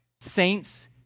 saints